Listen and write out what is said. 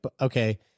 okay